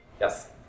Yes